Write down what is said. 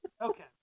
Okay